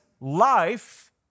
life